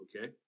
Okay